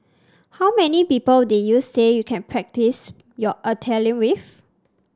how many people did you say you can practise your Italian with